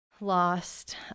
lost